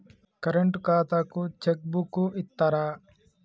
Current ఖాతాకు cheque book ఇత్తరా?